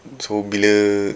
so bila